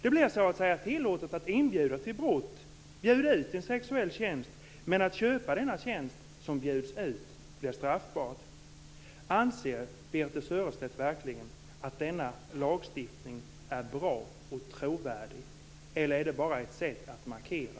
Det blir så att säga tillåtet att inbjuda till brott, att bjuda ut en sexuell tjänst, men att köpa den utbjudna tjänsten blir straffbart. Anser Birthe Sörestedt verkligen att denna lagstiftning är bra och trovärdig, eller är den bara ett sätt att markera?